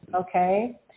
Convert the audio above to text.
Okay